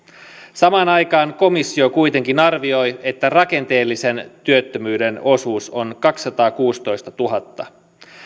samaan aikaan komissio kuitenkin arvioi että rakenteellisen työttömyyden osuus on kaksisataakuusitoistatuhatta